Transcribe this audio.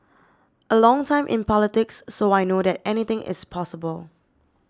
a long time in politics so I know that anything is possible